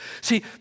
See